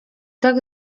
tak